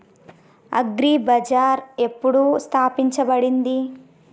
Agri Bazaar ఎప్పుడు స్థాపించబడింది?